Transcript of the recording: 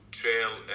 trail